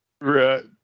Right